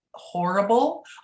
horrible